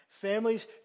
Families